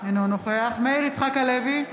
אינו נוכח מאיר יצחק הלוי,